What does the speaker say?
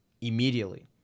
immediately